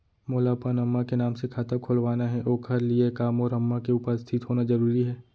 मोला अपन अम्मा के नाम से खाता खोलवाना हे ओखर लिए का मोर अम्मा के उपस्थित होना जरूरी हे?